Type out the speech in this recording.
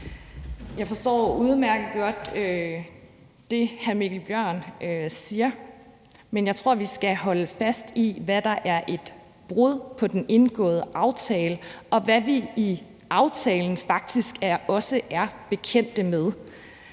Jeg forstår udmærket godt det, hr. Mikkel Bjørn siger, men jeg tror, vi skal holde fast i, hvad der er et brud på den indgåede aftale, og hvad vi i aftalen faktisk også er bekendt med.